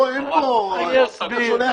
עבד אל חכים חאג' יחיא (הרשימה המשותפת): אתה שולח